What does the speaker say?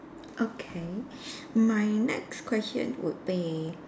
okay mine next question would be